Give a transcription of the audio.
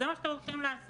זה מה שאתם הולכים לעשות.